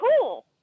cool